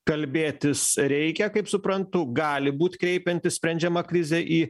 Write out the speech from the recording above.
kalbėtis reikia kaip suprantu gali būt kreipiantis sprendžiama krizė į